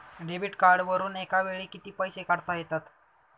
Debit कार्डवरुन एका वेळी किती पैसे काढता येतात?